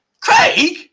craig